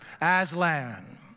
Aslan